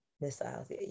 missiles